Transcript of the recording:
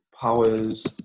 powers